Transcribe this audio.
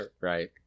Right